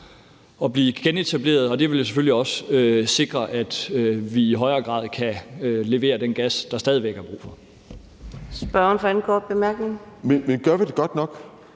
at blive genetableret, og det vil selvfølgelig også sikre, at vi i højere grad kan levere den gas, der stadig væk er brug for. Kl. 11:09 Fjerde næstformand (Karina Adsbøl):